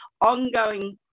ongoing